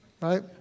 right